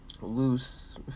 loose